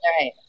right